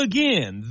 Again